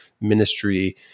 ministry